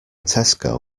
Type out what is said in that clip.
tesco